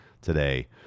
today